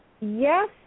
yes